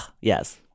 Yes